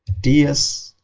ts